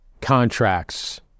contracts